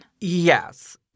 Yes